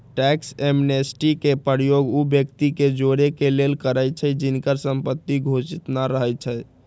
tax amnesty के प्रयोग उ व्यक्ति के जोरेके लेल करइछि जिनकर संपत्ति घोषित न रहै छइ